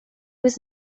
was